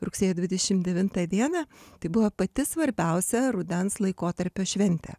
rugsėjo dvidešim devintą dieną tai buvo pati svarbiausia rudens laikotarpio šventė